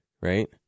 Right